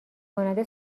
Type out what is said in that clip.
کننده